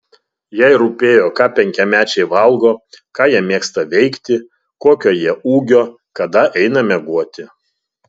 jai rūpėjo ką penkiamečiai valgo ką jie mėgsta veikti kokio jie ūgio kada eina miegoti